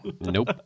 Nope